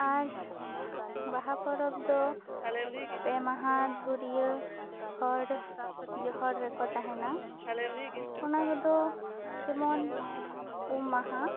ᱟᱨ ᱵᱟᱦᱟ ᱯᱚᱨᱚᱵᱽ ᱫᱚ ᱯᱮ ᱢᱟᱦᱟ ᱫᱷᱩᱨᱭᱟᱹ ᱦᱚᱲ ᱡᱚᱦᱚᱲ ᱨᱮᱠᱚ ᱛᱟᱦᱮᱱᱟ ᱚᱱᱟ ᱠᱚᱫᱚ ᱡᱮᱢᱚᱱ ᱩᱢ ᱢᱟᱦᱟ